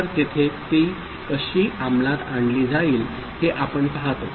तर तिथे ती कशी अंमलात आणली जाईल हे आपण पाहतो